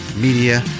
Media